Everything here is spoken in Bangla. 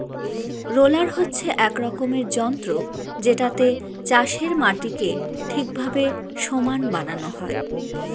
রোলার হচ্ছে এক রকমের যন্ত্র যেটাতে চাষের মাটিকে ঠিকভাবে সমান বানানো হয়